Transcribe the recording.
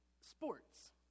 sports